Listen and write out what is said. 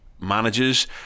managers